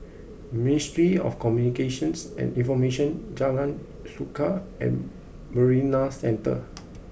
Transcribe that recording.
Ministry of Communications and Information Jalan Suka and Marina Centre